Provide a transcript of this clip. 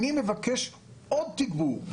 אני מבקש עוד תגבור.